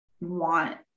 want